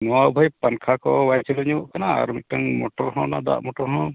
ᱱᱚᱣᱟ ᱵᱷᱟᱹᱭ ᱯᱟᱝᱠᱷᱟ ᱠᱚ ᱵᱟᱭ ᱟᱹᱪᱩᱨᱚᱜ ᱧᱚᱜᱚᱜ ᱠᱟᱱᱟ ᱟᱨ ᱢᱤᱫᱴᱮᱱ ᱢᱚᱴᱚᱨ ᱦᱚᱸ ᱚᱱᱟ ᱫᱟᱜ ᱢᱚᱴᱚᱨ ᱦᱚᱸ